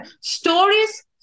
stories